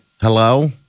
Hello